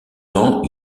temps